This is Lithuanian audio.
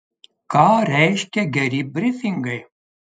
ką reiškia geri brifingai